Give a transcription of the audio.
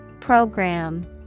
Program